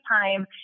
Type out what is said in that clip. time